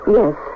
yes